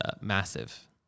massive